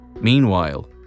Meanwhile